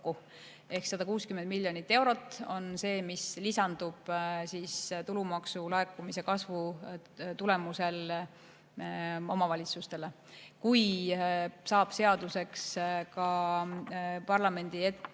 160 miljonit eurot on summa, mis lisandub tulumaksu laekumise kasvu tulemusel omavalitsustele. Kui saab seaduseks ka parlamendi ette